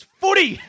footy